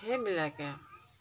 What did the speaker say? সেইবিলাকেই আৰু